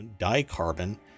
dicarbon